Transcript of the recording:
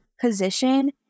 position